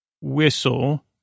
whistle